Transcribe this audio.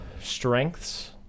strengths